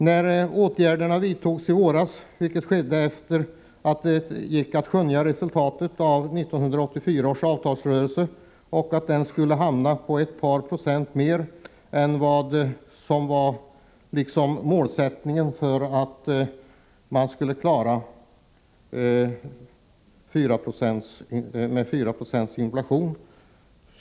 När åtgärderna vidtogs i våras skedde det efter det att man kunde skönja resultatet av 1984 års avtalsrörelse — att den skulle hamna på ett par procent mer än vad som var nödvändigt för att klara det uppsatta målet, fyra procents inflation.